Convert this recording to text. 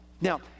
Now